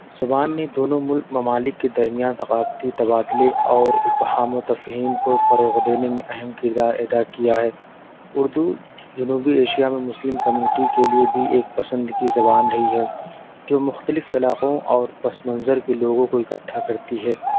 زبان نے دونوں ملک ممالک کے درمیان ثقافتی تبادلے اور افہام و تفہیم کو فروغ دینے میں اہم کردار ادا کیا ہے اردو جنوبی ایشیا میں مسلم کمیونیٹی کے لئے بھی ایک پسند کی زبان رہی ہے جو مختلف علاقوں اور پس منظر کے لوگوں کو اکٹھا کرتی ہے